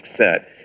set